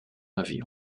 avion